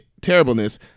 terribleness